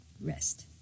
Rest